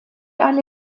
alle